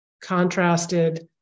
contrasted